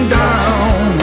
down